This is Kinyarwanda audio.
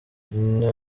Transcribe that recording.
nyina